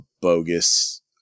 bogus